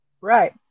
right